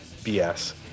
BS